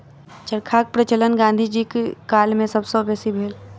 चरखाक प्रचलन गाँधी जीक काल मे सब सॅ बेसी भेल